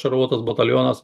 šarvuotas batalionas